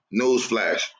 newsflash